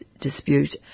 dispute